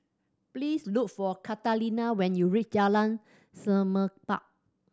please look for Catalina when you reach Jalan Semerbak